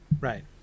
Right